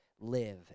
live